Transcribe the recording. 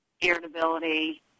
irritability